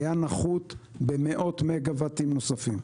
היה נחות במאות מגוואטים נוספים.